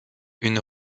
une